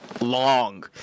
long